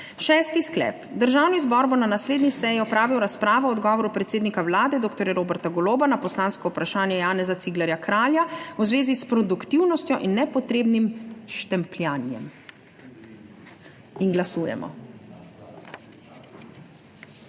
Šesti sklep: Državni zbor bo na naslednji seji opravil razpravo o odgovoru predsednika Vlade dr. Roberta Goloba na poslansko vprašanje Janeza Ciglerja Kralja v zvezi s produktivnostjo in nepotrebnim »štempljanjem«. Glasujemo.